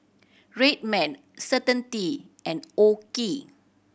Red Man Certainty and OKI